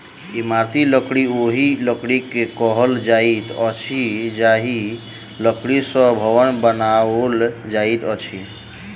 इमारती लकड़ी ओहि लकड़ी के कहल जाइत अछि जाहि लकड़ी सॅ भवन बनाओल जाइत अछि